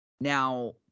Now